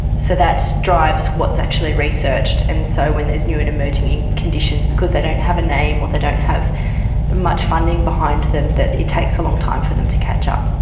so that drives what's actually researched. and so when there's new and emerging conditions, because they don't have a name or they don't have much funding behind them, it takes a long time for them to catch up.